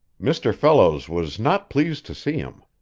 mr. fellows was not pleased to see him.